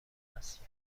است